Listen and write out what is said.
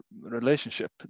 relationship